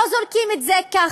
לא זורקים את זה ככה.